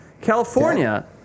California